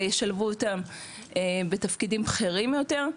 וישלבו אותם בתפקידים בכירים יותר?